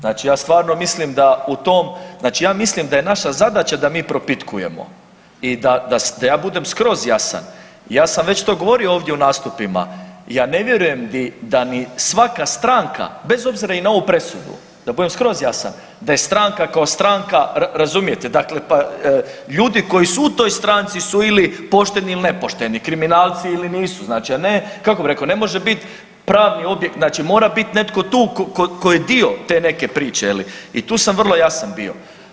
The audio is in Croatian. Znači ja stvarno mislim da u tom, znači ja mislim da je naša zadaća da mi propitkujemo i da, da ja budem skroz jasan, ja sam već to govorio ovdje u nastupima, ja ne vjerujem i da ni svaka stranka, bez obzira i na ovu presudu, da budem skroz jasan, da je stranka kao stranka, razumijete dakle pa ljudi koji su u toj stranci su pošteni ili nepošteni, kriminalni ili nisu, znači a ne, kako bih rekao ne može biti pravni objekt mora biti netko tu tko je dio te neke priče i tu sam vrlo jasan bio.